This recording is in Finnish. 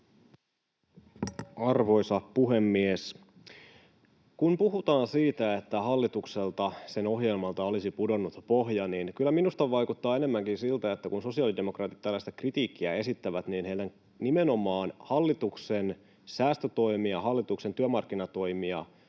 Arvoisa puhemies! Kun puhutaan siitä, että hallitukselta, sen ohjelmalta, olisi pudonnut pohja, niin kyllä minusta vaikuttaa enemmänkin siltä, että kun sosiaalidemokraatit tällaista kritiikkiä esittävät, niin nimenomaan heidän hallituksen säästötoimia ja hallituksen työmarkkinatoimia